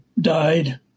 died